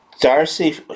Darcy